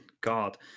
God